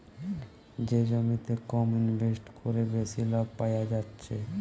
যে জমিতে কম ইনভেস্ট কোরে বেশি লাভ পায়া যাচ্ছে